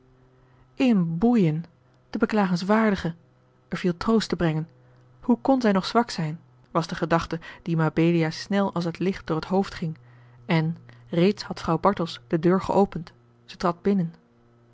in boeien de beklagenswaardige er viel troost te brengen hoe kon zij nog zwak zijn was de gedachte die mabelia snel als het licht door het hoofd ging en reeds had vrouw bartels de deur geopend zij trad binnen